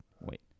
Wait